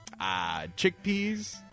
Chickpeas